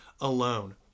alone